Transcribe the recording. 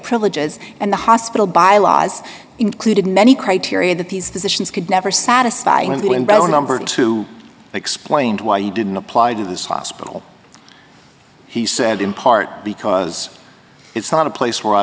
privileges and the hospital bylaws included many criteria that these physicians could never satisfy him better number two explained why you didn't apply to this hospital he said in part because it's not a place where i